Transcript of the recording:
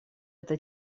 это